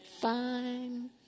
fine